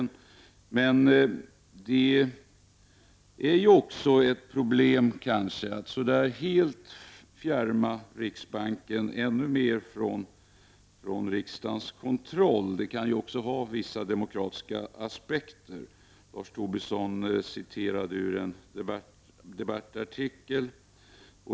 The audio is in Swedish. Men det innebär också ett problem att helt fjärma riksbanken från rikdagens kontroll. Det kan också ha vissa demokratiska aspekter. Lars Tobisson citerade ut en debattartikel.